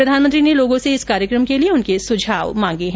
प्रधानमंत्री ने लोगों से इस कार्यक्रम के लिए उनके सुझाव मांगे है